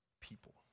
people